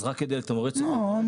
אז רק כדי לתמרץ --- ברור,